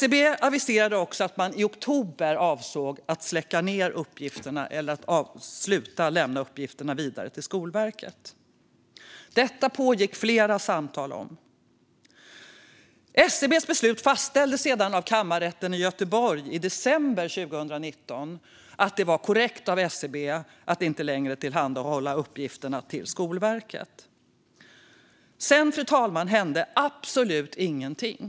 SCB aviserade också att man i oktober avsåg att sluta lämna vidare uppgifterna till Skolverket. Detta pågick det flera samtal om. Kammarrätten i Göteborg fastställde i december 2019 att det var korrekt av SCB att inte längre tillhandahålla uppgifterna till Skolverket. Sedan, fru talman, hände absolut ingenting.